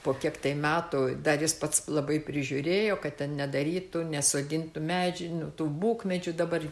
po kiek metų dar jis pats labai prižiūrėjo kad ten nedarytų nesodintų medžių tų bukmedžių dabar